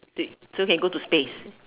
so can go to space